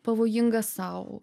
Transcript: pavojingas sau